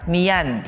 Nian